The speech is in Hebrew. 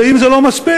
ואם זה לא מספיק,